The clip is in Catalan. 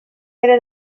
era